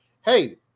hey